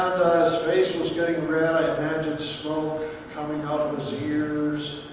face was getting red, i imagined smoke coming out of his ears,